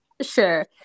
Sure